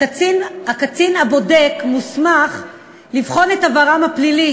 הקצין הבודק מוסמך לבחון את עברם הפלילי